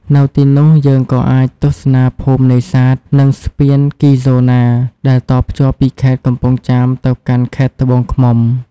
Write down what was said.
នៅទីនោះ យើងក៏អាចទស្សនាភូមិអ្នកនេសាទ និងស្ពានគីហ្សូណាដែលតភ្ជាប់ពីខេត្តកំពង់ចាមទៅកាន់ខេត្តត្បូងឃ្មុំ។